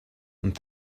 und